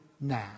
now